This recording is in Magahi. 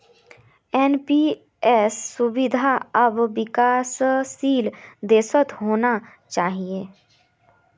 एन.पी.एस सुविधा सब विकासशील देशत होना चाहिए